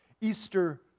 Easter